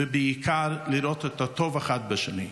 ובעיקר, לראות את הטוב האחד בשני.